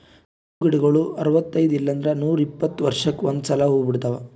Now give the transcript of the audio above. bamboo ಗಿಡಗೊಳ್ ಅರವತೈದ್ ಇಲ್ಲಂದ್ರ ನೂರಿಪ್ಪತ್ತ ವರ್ಷಕ್ಕ್ ಒಂದ್ಸಲಾ ಹೂವಾ ಬಿಡ್ತಾವ್